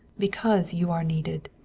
because you are needed.